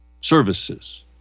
services